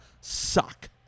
suck